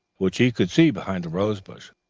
which he could see behind a rose-bush,